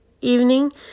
evening